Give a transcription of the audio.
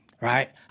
right